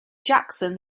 jackson